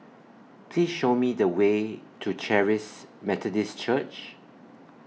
Please Show Me The Way to Charis Methodist Church